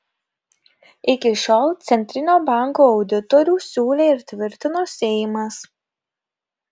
iki šiol centrinio banko auditorių siūlė ir tvirtino seimas